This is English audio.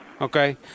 Okay